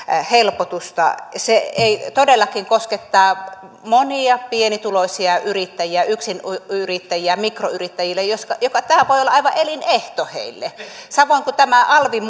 helpotusta se todellakin koskettaa monia pienituloisia yrittäjiä yksinyrittäjiä mikroyrittäjiä joille tämä voi olla aivan elinehto samoin tämä alvin